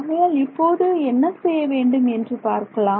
ஆகையால் இப்போது என்ன செய்ய வேண்டும் என்று பார்க்கலாம்